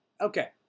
okay